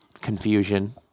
confusion